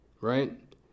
right